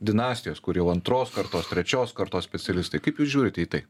dinastijos kur jau antros kartos trečios kartos specialistai kaip jūs žiūrite į tai